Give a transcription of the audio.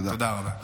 תודה רבה.